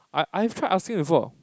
I I've tried asking before